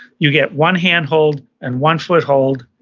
you get one hand hold and one foot hold,